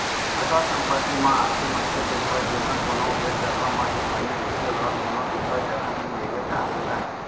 अचल संपत्ति म आथे मनखे के घर जेनहा कोनो एक जघा म ही बने रहिथे ओला कोनो दूसर जघा नइ लेगे जाय सकय